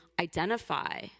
identify